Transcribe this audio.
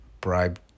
Bribe